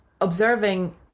observing